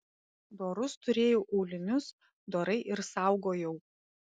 dorus turėjau aulinius dorai ir saugojau